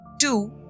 Two